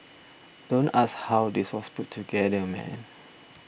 don't ask how this was put together man